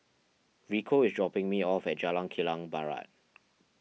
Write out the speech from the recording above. Rico is dropping me off at Jalan Kilang Barat